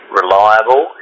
reliable